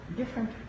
different